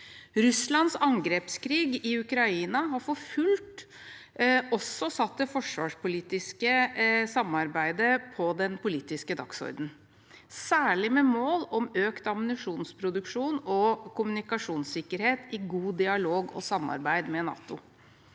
Russlands angrepskrig i Ukraina har også for fullt satt det forsvarspolitiske samarbeidet på den politiske dagsordenen, særlig med mål om økt ammunisjonsproduksjon og kommunikasjonssikkerhet i god dialog og godt samarbeid med NATO.